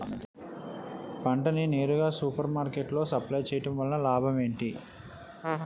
పంట ని నేరుగా సూపర్ మార్కెట్ లో సప్లై చేయటం వలన లాభం ఏంటి?